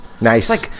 Nice